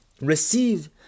receive